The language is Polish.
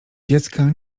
dziecka